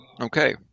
okay